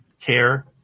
care